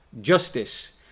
justice